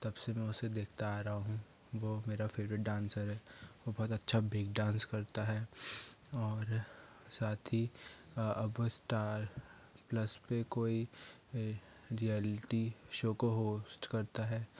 तब से मैं उसे देखता आ रहा हूँ वो मेरा फेवरेट डांसर है वह बहुत अच्छा ब्रेक डांस करता है और साथ ही आप स्टार प्लस पर कोई रीऐलिटी शो को होस्ट करता है